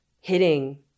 hitting